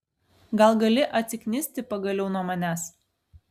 gal gali atsiknisti pagaliau nuo manęs